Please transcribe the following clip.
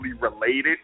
related